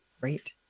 Great